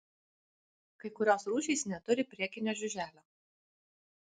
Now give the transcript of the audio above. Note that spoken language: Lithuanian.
kai kurios rūšys neturi priekinio žiuželio